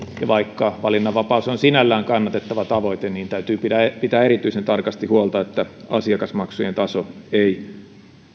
ja vaikka valinnanvapaus on sinällään kannatettava tavoite niin täytyy pitää erityisen tarkasti huolta että asiakasmaksujen taso ei